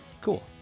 Cool